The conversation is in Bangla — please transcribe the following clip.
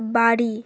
বাড়ি